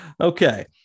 Okay